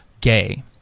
gay